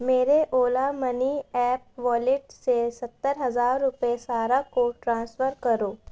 میرے Ola money app wallet سے ستر ہزار روپے سارہ کو ٹرانسفر کرو